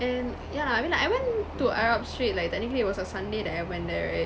and yeah I mean like I went to arab street like technically it was a sunday that I went there right